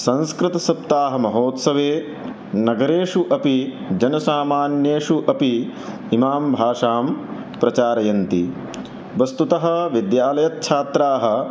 संस्कृतसप्ताहमहोत्सवे नगरेषु अपि जनसामान्येषु अपि इमां भाषां प्रचारयन्ति वस्तुतः विद्यालयच्छात्राः